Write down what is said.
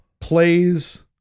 plays